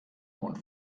und